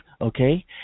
Okay